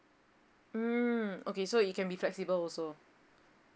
mm okay so it can be flexible also